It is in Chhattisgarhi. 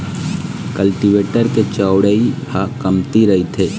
कल्टीवेटर के चउड़ई ह कमती रहिथे